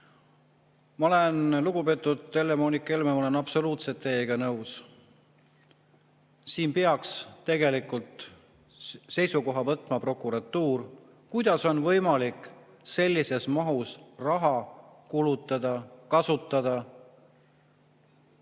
Ma olen, lugupeetud Helle-Moonika Helme, absoluutselt teiega nõus. Siin peaks tegelikult seisukoha võtma prokuratuur, kuidas on võimalik sellises mahus raha kulutada, kasutada nime